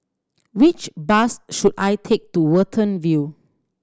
which bus should I take to Watten View